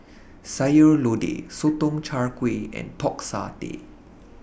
Sayur Lodeh Sotong Char Kway and Pork Satay